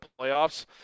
playoffs